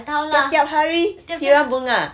tiap-tiap hari siram bunga